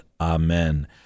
Amen